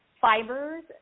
fibers